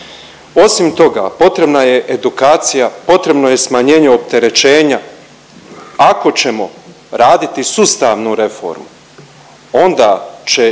Osim toga potrebna je edukacija, potrebno je smanjenje opterećenja. Ako ćemo raditi sustavnu reformu onda će